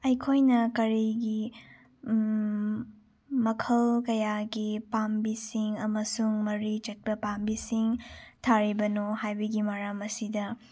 ꯑꯩꯈꯣꯏꯅ ꯀꯔꯤꯒꯤ ꯃꯈꯜ ꯀꯌꯥꯒꯤ ꯄꯥꯝꯕꯤꯁꯤꯡ ꯑꯃꯁꯨꯡ ꯃꯔꯤ ꯆꯠꯄ ꯄꯥꯝꯕꯤꯁꯤꯡ ꯊꯥꯔꯤꯕꯅꯣ ꯍꯥꯏꯕꯒꯤ ꯃꯔꯝ ꯑꯁꯤꯗ